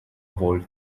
world